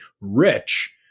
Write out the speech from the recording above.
rich